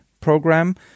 program